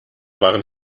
waren